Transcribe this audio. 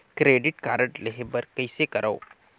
Credit card लेहे बर कइसे करव?